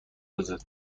بزن